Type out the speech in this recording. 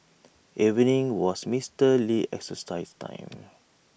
evening was Mister Lee's exercise time